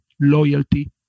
loyalty